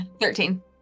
Thirteen